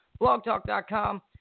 blogtalk.com